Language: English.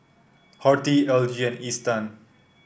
Horti L G and Isetan